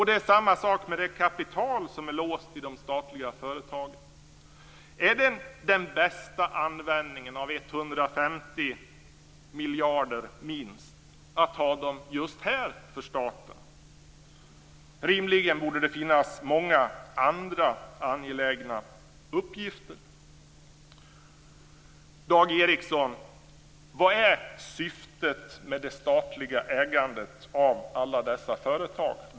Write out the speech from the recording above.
Det är samma sak med det kapital som är låst i de statliga företagen. Är det den bästa användningen för staten av minst 150 miljarder att ha dem just här? Rimligen borde det finnas många andra angelägna uppgifter. Dag Ericson! Vilket är syftet med det statliga ägandet av alla dessa företag?